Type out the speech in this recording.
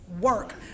work